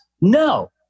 No